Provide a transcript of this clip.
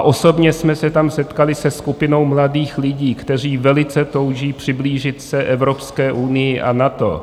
Osobně jsme se tam setkali se skupinou mladých lidí, kteří velice touží přiblížit se Evropské unii a NATO.